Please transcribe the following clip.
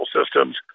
systems